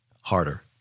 harder